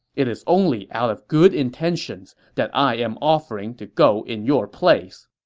it's only out of good intentions that i am offering to go in your place.